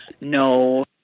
no